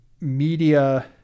media